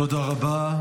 תודה רבה.